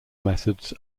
methods